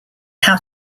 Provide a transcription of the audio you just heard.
how